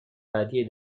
بعدیای